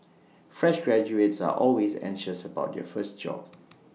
fresh graduates are always anxious about their first job